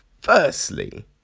Firstly